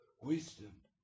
Wisdom